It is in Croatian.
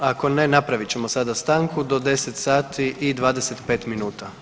Ako ne, napravit ćemo sada stanku do 10 sati i 25 minuta.